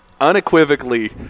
unequivocally